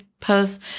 posts